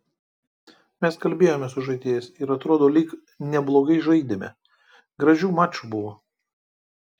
mes kalbėjomės su žaidėjais ir atrodo lyg neblogai žaidėme gražių mačų buvo